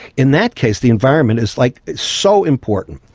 in that case the environment is like so important.